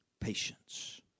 Patience